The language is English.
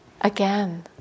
again